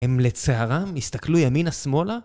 הם לצערם הסתכלו ימינה-שמאלה